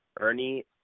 Ernie